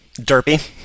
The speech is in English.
Derpy